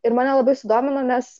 ir mane labai sudomino nes